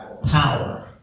power